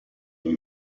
lui